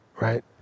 right